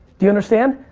do you understand?